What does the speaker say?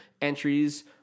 entries